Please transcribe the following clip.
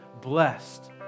blessed